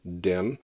dim